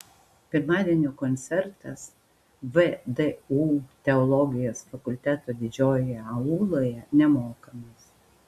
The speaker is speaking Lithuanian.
pirmadienio koncertas vdu teologijos fakulteto didžiojoje auloje nemokamas